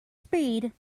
speed